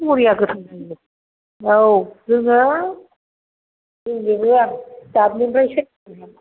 जि बरिया गोथाव जायो औ रोङो होजोबो आं दाब्लेनिफ्राय सोलोंनानै